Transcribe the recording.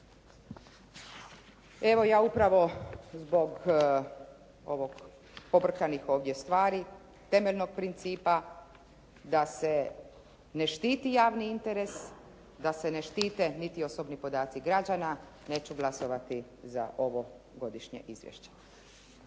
Evo, ja upravo zbog pobrkanih ovih stvari, temeljnog principa da se ne štiti javni interes, da se ne štite niti osobni podaci građana neću glasovati za ovo godišnje izvješće.